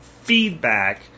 feedback